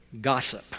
gossip